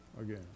again